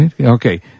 Okay